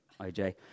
IJ